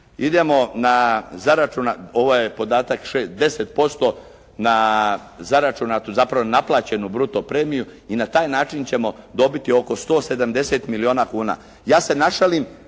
idemo na, ovo je podatak 10% na zaračunatu zapravo naplaćenu bruto premiju i na taj način ćemo dobiti oko 170 milijuna kuna. Ja se našalim